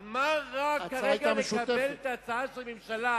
אבל מה רע כרגע לקבל את ההצעה של הממשלה,